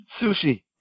Sushi